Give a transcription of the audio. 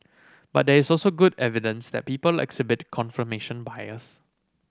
but there is also good evidence that people exhibit confirmation bias